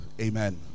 Amen